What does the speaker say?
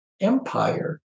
empire